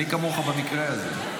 אני כמוך במקרה הזה.